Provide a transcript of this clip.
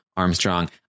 armstrong